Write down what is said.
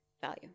value